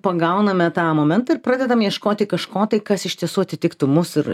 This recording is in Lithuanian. pagauname tą momentą ir pradedam ieškoti kažko tai kas iš tiesų atitiktų mus ir